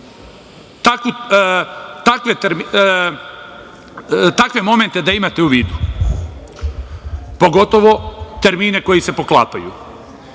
takve momente da imate u vidu, pogotovo termine koji se poklapaju.Međutim,